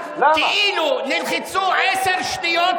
זה כאילו תמו עשר שניות,